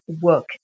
work